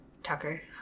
Tucker